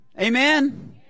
Amen